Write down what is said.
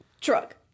truck